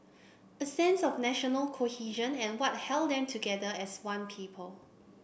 a sense of national cohesion and what held them together as one people